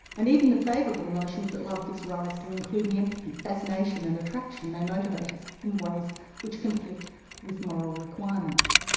and even the favourable notions that love gives rise to, including empathy, fascination and attraction, may motivate us in ways which conflict with moral requirements.